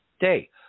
day